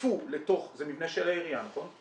זה מבנה של העירייה, נכון?